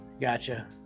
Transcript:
Gotcha